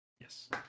Yes